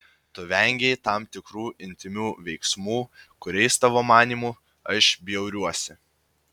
tu vengei tam tikrų intymių veiksmų kuriais tavo manymu aš bjauriuosi